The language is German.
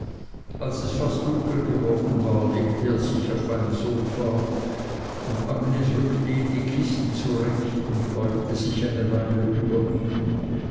als es fast dunkel geworden legte er sich auf ein sofa und agnes rückte ihm die kissen zurecht und beugte sich eine weile über ihn